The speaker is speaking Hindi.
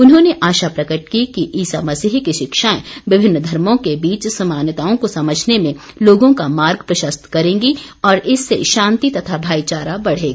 उन्होंने आशा प्रकट की कि ईसा मसीह की ॅशिक्षाएं विभिन्न धर्मो के बीच समानताओं को समझने में लोगों का मार्ग प्रशस्त करेंगी और इससे शांति तथा भाईचारा बढ़ेगा